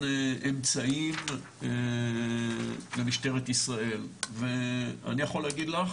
אמצעים למשטרת ישראל ואני יכול להגיד לך